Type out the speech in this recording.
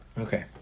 Okay